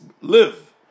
live